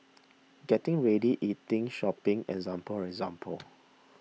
getting ready eating shopping example example